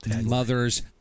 Mothers